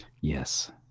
Yes